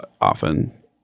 often